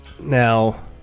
Now